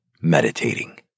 meditating